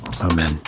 Amen